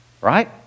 Right